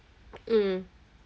um